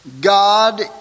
God